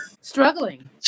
struggling